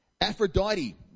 Aphrodite